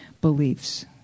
beliefs